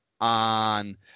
on